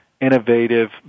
innovative